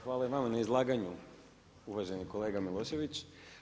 Hvala i vama na izlaganju uvaženi kolega Milošević.